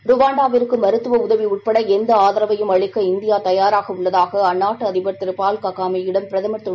ருவாண்டாவிற்கு மருத்துவ உதவி உட்பட எந்த ஆதரவையும் அளிக்க இந்தியா தயாராக உள்ளதாக அந்நாட்டு அதிபர் பால் ககாமேயிடம் பிரதமர் திரு